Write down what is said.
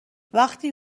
وقتی